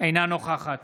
אינה נוכחת